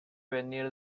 venir